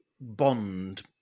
Bond